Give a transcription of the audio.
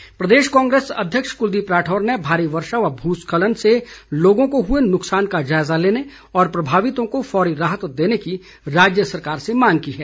राठौर प्रदेश कांग्रेस अध्यक्ष कुलदीप राठौर ने भारी वर्षा व भूस्खलन से लोगों को हुए नुकसान का जायज़ा लेने और प्रभावितों को फौरी राहत देने की राज्य सरकार से मांग की है